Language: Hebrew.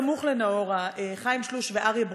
בסמוך לנאעורה, חיים שלוש ואריה ברוש: